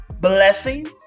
Blessings